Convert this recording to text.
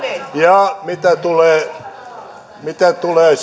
ja esittäneet eräitä huomautuksia mitä tulee